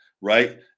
right